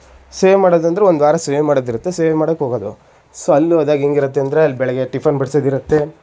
ಸೇವೆ ಮಾಡೋದು ಅಂದರೆ ಒಂದು ವಾರ ಸೇವೆ ಮಾಡೋದಿರುತ್ತೆ ಸೇವೆ ಮಾಡೋಕ್ಕೆ ಹೋಗೋದು ಸೊ ಅಲ್ಲಿ ಹೋದಾಗ ಹೇಗಿರತ್ತಂದ್ರೆ ಅಲ್ಲಿ ಬೆಳಗ್ಗೆ ಟಿಫನ್ ಬಡ್ಸೋದಿರತ್ತೆ